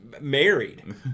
married